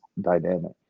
dynamic